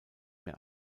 mehr